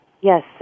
Yes